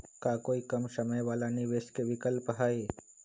का कोई कम समय वाला निवेस के विकल्प हई?